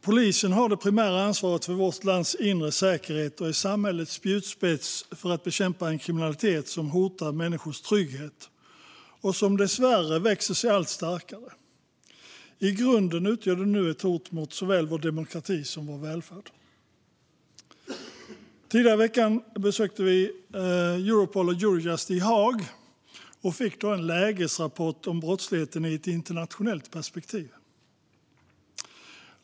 Polisen har det primära ansvaret för vårt lands inre säkerhet och är samhällets spjutspets för att bekämpa en kriminalitet som hotar människors trygghet och som dessvärre växer sig allt starkare. I grunden utgör den nu ett hot mot såväl vår demokrati som vår välfärd. Tidigare i veckan besökte vi Europol och Eurojust i Haag och fick då en lägesrapport om brottsligheten i ett internationellt perspektiv.